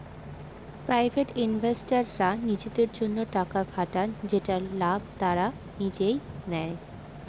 private ইনভেস্টররা নিজেদের জন্য টাকা খাটান যেটার লাভ তারা নিজেই নেয়